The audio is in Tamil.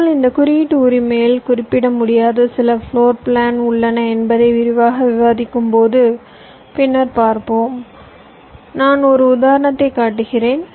ஆனால் இந்த குறியீட்டு உரிமையில் குறிப்பிட முடியாத சில ஃப்ளோர் பிளான் உள்ளன என்பதை விரிவாக விவாதிக்கும்போது பின்னர் பார்ப்போம் நான் ஒரு உதாரணத்தைக் காட்டுகிறேன்